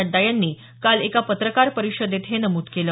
नड्डा यांनी आज एका पत्रकार परिषदेत हे नमूद केलं